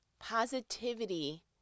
Positivity